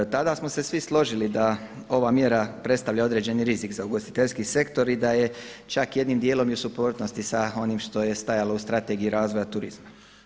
Tada smo se svi složili da ova mjera predstavlja određeni rizik za ugostiteljski sektor i da je čak jednim dijelom i u suprotnosti sa onim što je stajalo u Strategiji razvoja turizma.